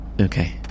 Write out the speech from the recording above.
Okay